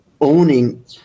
owning